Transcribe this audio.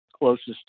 Closest